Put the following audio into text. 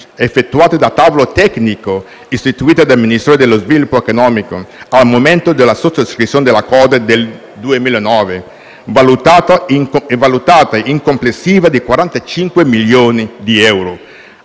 effettuata dal tavolo tecnico istituito dal Ministero dello sviluppo economico al momento della sottoscrizione dell'Accordo nel 2009, valutata in complessivi 45 milioni di euro.